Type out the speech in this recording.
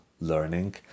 learning